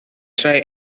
try